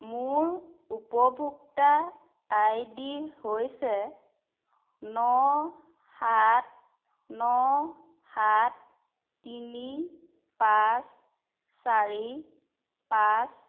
মোৰ উপভোক্তা I D হৈছে ন সাত ন সাত তিনি পাঁচ চাৰি পাঁচ